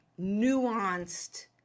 nuanced